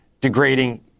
degrading